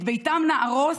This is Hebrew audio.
את ביתם נהרוס.